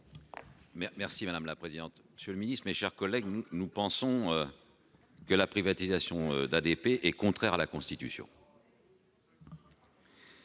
Madame la présidente, monsieur le ministre, mes chers collègues, nous pensons que la privatisation d'ADP est contraire à la Constitution.